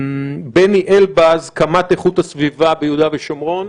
את בני אלבז, קמ"ט איכות הסביבה ביהודה ושומרון?